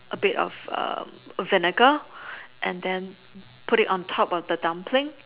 A bit of vinegar and then put it on top of the dumpling